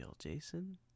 Jason